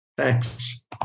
Thanks